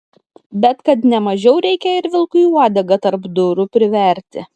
bet kad ne mažiau reikia ir vilkui uodegą tarp durų priverti